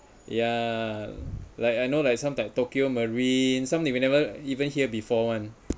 ya like I know like some like tokyo marine some they never even hear before one